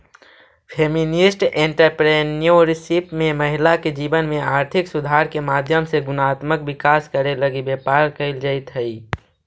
feminist entrepreneurship में महिला के जीवन में आर्थिक सुधार के माध्यम से गुणात्मक विकास करे लगी व्यापार कईल जईत हई